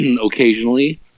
occasionally